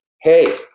hey